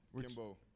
Kimbo